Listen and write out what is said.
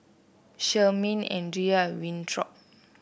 Sherman Andria and Winthrop